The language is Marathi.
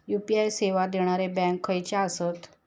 यू.पी.आय सेवा देणारे बँक खयचे आसत?